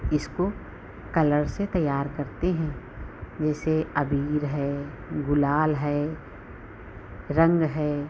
इसको कलर से तैयार करते हैं जैसे अबीर है गुलाल है रंग है